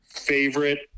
favorite